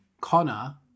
Connor